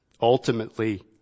ultimately